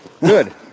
Good